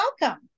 welcome